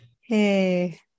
Hey